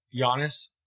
Giannis